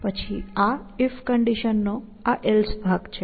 પછી આ if condition નો આ else ભાગ છે